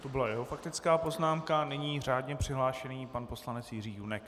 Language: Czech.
To byla jeho faktická poznámka a nyní řádně přihlášený pan poslanec Jiří Junek.